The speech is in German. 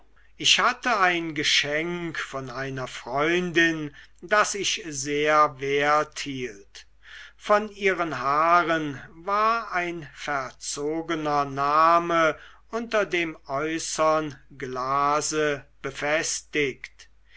ich hatte ein geschenk von einer freundin das ich sehr wert hielt von ihren haaren war ein verzogener name unter dem äußern glase befestigt